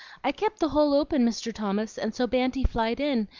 i kept the hole open, mr. thomas, and so banty flied in.